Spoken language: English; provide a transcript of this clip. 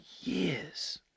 years